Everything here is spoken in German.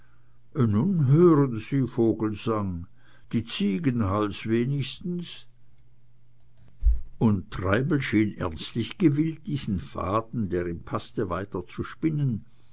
hören sie vogelsang die ziegenhals wenigstens und treibel schien ernstlich gewillt diesen faden der ihm paßte